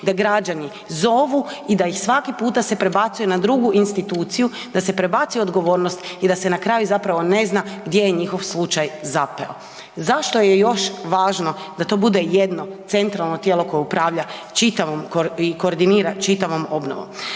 da građani zovu i da ih svaki puta se prebacuje na drugu instituciju, da se prebacuje odgovornost i da se na kraju zapravo ne zna gdje je njihov slučaj zapeo. Zašto je još važno da to bude jedno centralno tijelo koje upravlja čitavom i koordinira čitavom obnovom?